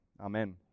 Amen